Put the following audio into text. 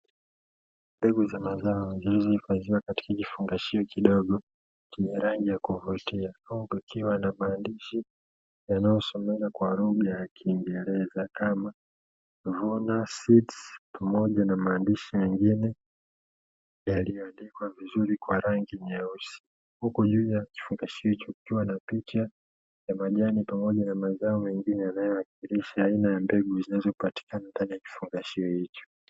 Mbegu za mazao zilizohifadhiwa katika kifungashio kidogo chenye rangi kohostia ya kukiwa na maandishia yanayosomeka kwa lugha ya kingeleza kama vorna six pamoja na mengine yaliyoandikwa vizuri kwa rangi nyeusi huku juu ya kifungashio hicho kikiwa na picha ya majani pamoja na mazao mengine yanayo wakilisha aina ya mbegu zilizondani ya kifungashio hicho.